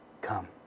come